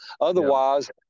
Otherwise